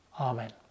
Amen